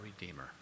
Redeemer